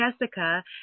Jessica